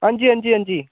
हां जी हां जी हां जी